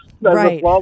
right